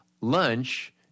lunch